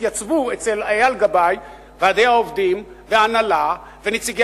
יתייצבו אצל אייל גבאי ועדי העובדים וההנהלה ונציגי